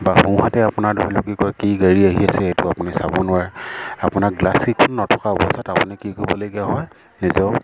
বা সোঁহাতে আপোনাৰ ধৰি লওক কি কয় কি গাড়ী আহি আছে এইটো আপুনি চাব নোৱাৰে আপোনাক গ্লাছকেইখন নথকা অৱস্থাত আপুনি কি কৰিবলগীয়া হয় নিজেও